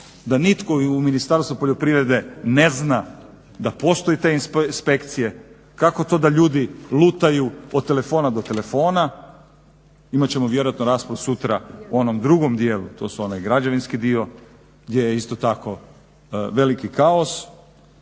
da nitko u Ministarstvu poljoprivrede ne zna da postoje te inspekcije. Kako to da ljudi lutaju od telefona do telefona. Imat ćemo vjerojatno raspravu sutra u onom drugom dijelu. To su onaj građevinski dio gdje je isto tako veliki kaos.